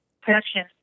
production